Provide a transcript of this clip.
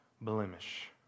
blemish